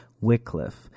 Wycliffe